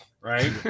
right